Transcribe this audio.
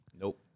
Nope